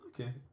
okay